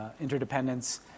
interdependence